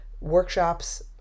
workshops